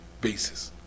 basis